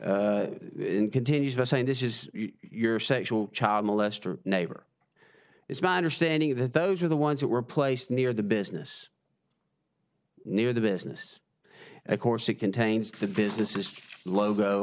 such continues by saying this is your sexual child molester neighbor it's my understanding that those are the ones that were placed near the business near the business and of course it contains the business is logo